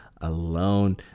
alone